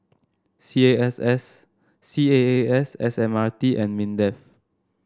C A S S C A A S S M R T and Mindef